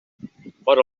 vora